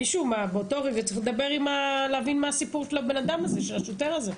מישהו צריך באותו רגע לדבר ולהבין מה הסיפור של השוטר הזה.